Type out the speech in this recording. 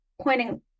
pointing